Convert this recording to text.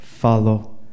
Follow